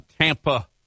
Tampa